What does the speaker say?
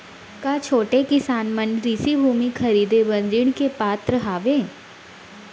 का छोटे किसान मन कृषि भूमि खरीदे बर ऋण के पात्र हवे?